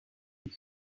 that